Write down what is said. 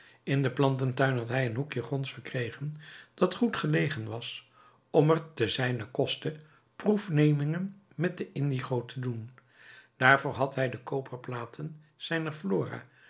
in den plantentuin had hij een hoekje gronds verkregen dat goed gelegen was om er te zijnen koste proefnemingen met de indigo te doen daarvoor had hij de koperplaten zijner